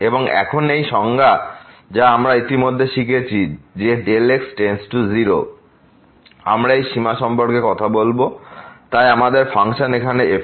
এবং এখন একই সংজ্ঞা যা আমরা ইতিমধ্যে শিখেছি যে x0 আমরা এই সীমা সম্পর্কে কথা বলব তাই আমাদের ফাংশন এখানে fx